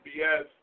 BS